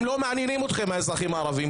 הם לא מעניינים אתכם, האזרחים הערבים.